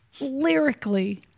lyrically